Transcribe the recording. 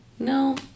No